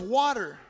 water